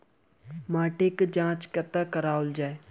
माटिक जाँच कतह कराओल जाए?